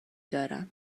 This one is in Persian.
دارم